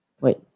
Wait